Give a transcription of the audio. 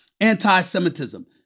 anti-Semitism